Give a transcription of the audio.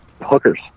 hookers